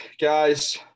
guys